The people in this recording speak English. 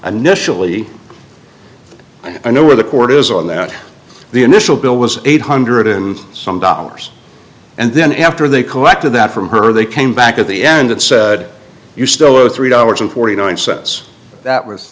nationally i know where the court is on that the initial bill was eight hundred and some dollars and then after they collected that from her they came back at the end and said you still owe three dollars and forty nine cents that was